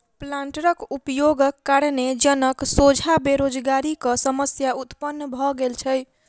प्लांटरक उपयोगक कारणेँ जनक सोझा बेरोजगारीक समस्या उत्पन्न भ गेल छै